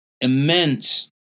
immense